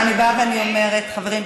ואני באה ואני אומרת: חברים,